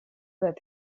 with